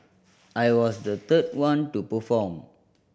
I was the third one to perform